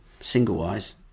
single-wise